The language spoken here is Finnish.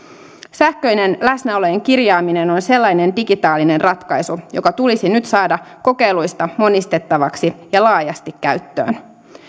sähköinen läsnäolojen kirjaaminen on sellainen digitaalinen ratkaisu joka tulisi nyt saada kokeiluista monistettavaksi ja laajasti käyttöön